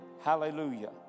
Hallelujah